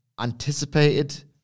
anticipated